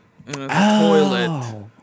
Toilet